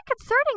concerning